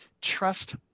trust